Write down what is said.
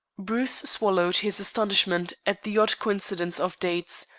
bruce swallowed his astonishment at the odd coincidence of dates,